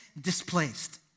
displaced